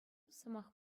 сӑмах